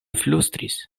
flustris